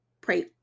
Pray